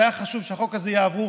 וזה היה חשוב שהחוק הזה יעבור.